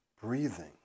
breathing